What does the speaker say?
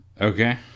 Okay